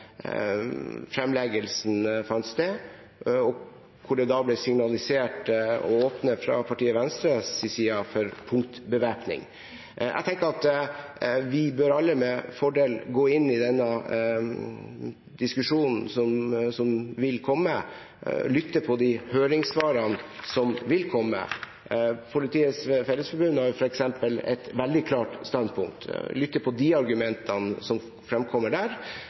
vi alle med fordel bør gå inn i den diskusjonen som vil komme, lytte til de høringssvarene som vil komme – Politiets Fellesforbund har f.eks. et veldig klart standpunkt – lytte til de argumentene som fremkommer der.